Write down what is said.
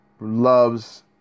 loves